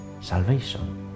salvation